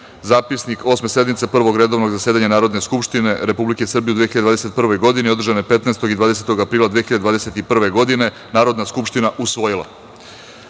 Zapisnik Osme sednice Prvog redovnog zasedanja Narodne skupštine Republike Srbije u 2021. godini, održane 15. i 20. aprila 2021. godine, Narodna skupština usvojila. Prelazimo